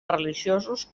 religiosos